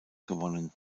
gewonnen